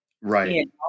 Right